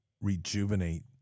rejuvenate